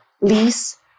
lease